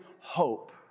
hope